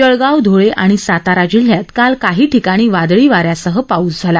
जळगाव धुळे आणि सातारा जिल्ह्यात काल काही ठिकाणी वादळी वाऱ्यासह पाउस झाला